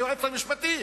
היועץ המשפטי,